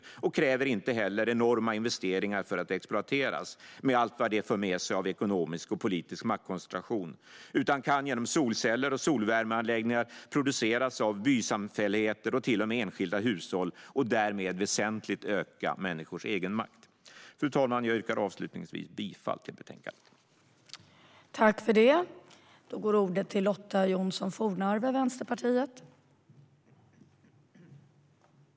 Solenergi kräver inte heller enorma investeringar för att exploateras, med allt vad det för med sig av ekonomisk och politisk maktkoncentration, utan kan genom solceller och solvärmeanläggningar produceras av bysamfälligheter och till och med enskilda hushåll och därmed väsentligt öka människors egenmakt. Fru talman! Jag yrkar avslutningsvis bifall till utskottets förslag.